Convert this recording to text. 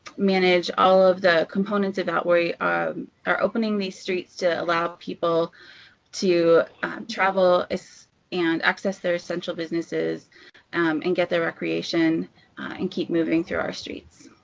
manage all of the components of that, we are opening these streets to allow people to travel and access their essential businesses and get their recreation and keep moving through our streets.